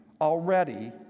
already